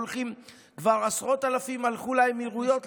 כבר עשרות אלפים הלכו לאמירויות,